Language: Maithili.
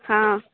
हाँ